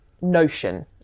notion